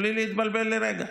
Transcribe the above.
בלי להתבלבל לרגע.